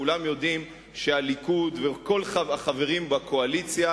כולם יודעים שהליכוד וכל החברים בקואליציה,